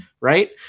Right